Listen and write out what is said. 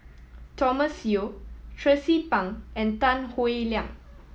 Thomas Yeo Tracie Pang and Tan Howe Liang